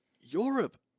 Europe